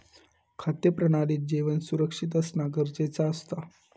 खाद्य प्रणालीत जेवण सुरक्षित असना गरजेचा असता